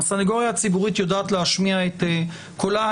הסניגוריה הציבורית יודעת להשמיע את קולה.